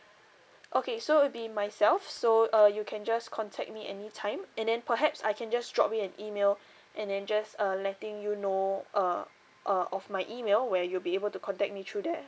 okay so would be myself so uh you can just contact me any time and then perhaps I can just drop you an email and then just uh letting you know uh uh of my email where you'll be able to contact me through there